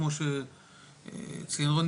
כמו שציין רוני,